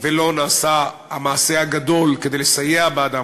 ולא נעשה המעשה הגדול כדי לסייע בעדם,